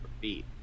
feet